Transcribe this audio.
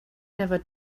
never